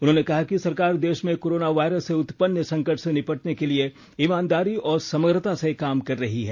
उन्होंने कहा कि सरकार देश में कोरोना वायरस से उत्पन्न संकट से निपटने के लिए ईमानदारी और समग्रता से काम कर रही है